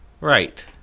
Right